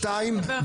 דבר שני,